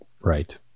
Right